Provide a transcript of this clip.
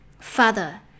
Father